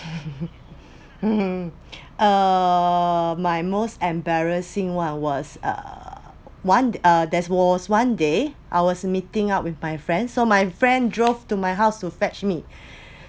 um err my most embarrassing one was uh one uh there was one day I was meeting up with my friend so my friend drove to my house to fetch me